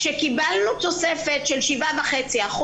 כשקיבלנו תוספת של 7.5%,